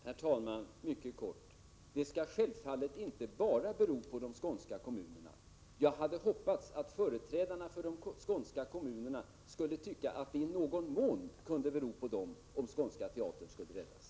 Herr talman! Mycket kort: Det hela skall självfallet inte bara bero på de skånska kommunerna. Jag hade hoppats att företrädarna för de skånska kommunerna skulle tycka att det i någon mån kunde bero på dem om Skånska Teatern skulle räddas.